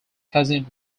cousin